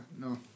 No